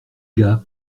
gars